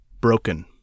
broken